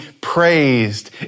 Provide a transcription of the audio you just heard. praised